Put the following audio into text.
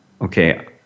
okay